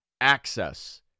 access